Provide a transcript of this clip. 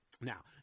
Now